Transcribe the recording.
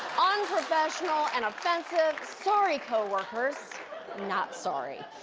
unprofessional, and offensive. sorry, coworkers not sorry.